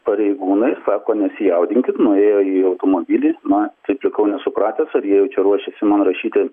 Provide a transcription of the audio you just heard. pareigūnai sako nesijaudinkit nuėjo į automobilį na taip likau nesupratęs ar jie jau čia ruošiasi man rašyti